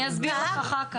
אני אסביר לך אחר כך.